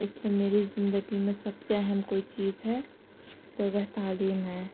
اس لیے میری زندگی میں سب سے اہم کوئی چیز ہے تو وہ تعلیم ہے